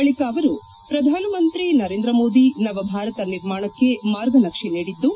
ಬಳಿಕ ಅವರು ಪ್ರಧಾನ ಮಂತ್ರಿ ನರೇಂದ್ರ ಮೋದಿ ನವಭಾರತ ನಿರ್ಮಾಣಕ್ಷೆ ಮಾರ್ಗನಕ್ಷೆ ನೀಡಿದ್ದು